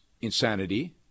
insanity